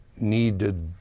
needed